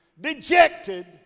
dejected